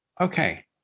Okay